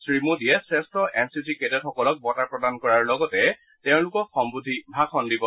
শ্ৰীমোডীয়ে শ্ৰেষ্ঠ N C C কেডেটসকলক বঁটা প্ৰদান কৰাৰ লগতে তেওঁলোকক সম্বোধি ভাষণ দিব